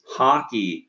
hockey